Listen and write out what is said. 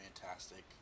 fantastic